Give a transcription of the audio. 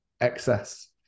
excess